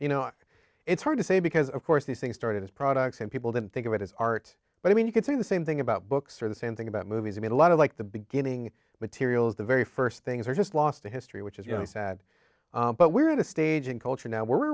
know it's hard to say because of course these things started as products and people didn't think of it as art but i mean you could say the same thing about books are the same thing about movies made a lot of like the beginning materials the very first things are just lost to history which is you know sad but we're at a stage in culture now we're